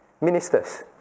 ministers